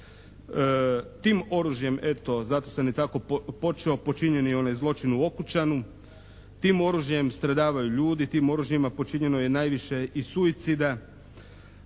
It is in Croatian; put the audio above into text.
Tim oružjem eto, zato sam i tako počeo, počinjen je onaj zločin u Okučanu, tim oružjem stradavaju ljudi, tim oružjem počinjeno je najviše i suicida.